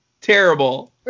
terrible